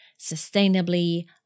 sustainably